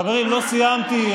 חברים, לא סיימתי.